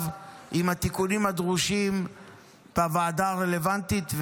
עם התיקונים הדרושים בוועדה הרלוונטית,